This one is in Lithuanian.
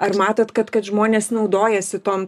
ar matot kad kad žmonės naudojasi tom